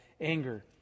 anger